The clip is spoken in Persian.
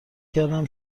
کردم